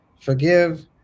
forgive